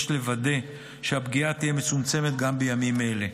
יש לוודא שהפגיעה תהיה מצומצמת גם בימים אלה.